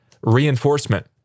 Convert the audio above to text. reinforcement